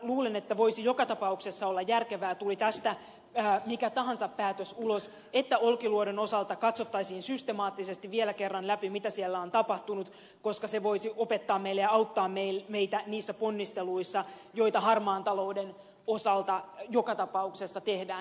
luulen että voisi joka tapauksessa olla järkevää tuli tästä mikä tahansa päätös ulos että olkiluodon osalta katsottaisiin systemaattisesti vielä kerran läpi mitä siellä on tapahtunut koska se voisi opettaa meille auttaa meitä niissä ponnisteluissa joita harmaan talouden osalta joka tapauksessa tehdään